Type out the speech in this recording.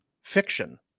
fiction